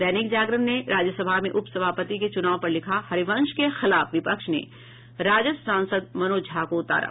दैनिक जागरण ने राज्यसभा मे उप सभापति के चुनाव पर लिखा है हरिवंश के खिलाफ विपक्ष ने राजद सांसद मनोज झा को उतारा